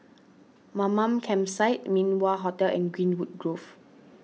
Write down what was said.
Mamam Campsite Min Wah Hotel and Greenwood Grove